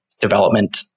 development